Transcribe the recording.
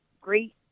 great